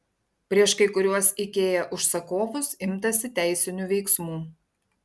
prieš kai kuriuos ikea užsakovus imtasi teisinių veiksmų